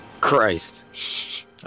Christ